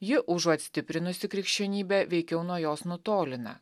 ji užuot stiprinusi krikščionybę veikiau nuo jos nutolina